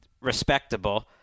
respectable